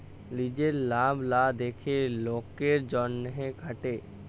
লিজের লাভ লা দ্যাখে লকের জ্যনহে খাটে